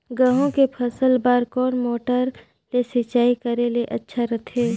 गहूं के फसल बार कोन मोटर ले सिंचाई करे ले अच्छा रथे?